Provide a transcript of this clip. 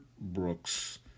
Brooks